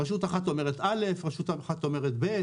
רשות אחת אומרת א', רשות אחת אומרת ב'